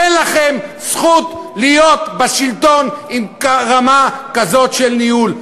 אין לכם זכות להיות בשלטון, עם רמה כזאת של ניהול.